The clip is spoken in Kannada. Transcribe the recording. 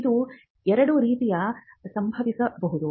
ಇದು ಎರಡು ರೀತಿಯಲ್ಲಿ ಸಂಭವಿಸಬಹುದು